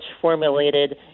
formulated